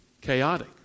chaotic